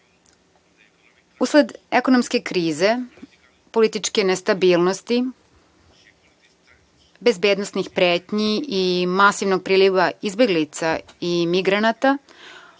Usled ekonomske krize, političke nestabilnosti, bezbednosnih pretnji i masivnog priliva izbeglica i migranata,